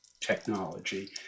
technology